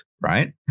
right